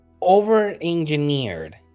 over-engineered